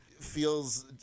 feels